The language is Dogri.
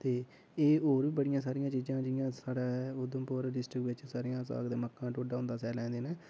ते एह् होर बड़ियां सारियां चीज़ां जि'यां साढ़े उधमपुर डिस्ट्रिक्ट बिच सरेआं दा साग ते मक्के दा ढोड्डा होंदा स्याले दिनें